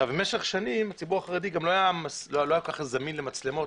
משך שנים הציבור החרדי לא היה זמין למצלמות,